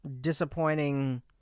disappointing